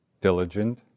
diligent